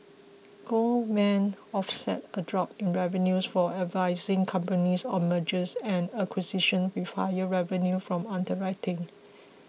Goldman offset a drop in revenues for advising companies on mergers and acquisitions with higher revenues from underwriting